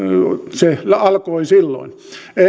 se alkoi silloin eli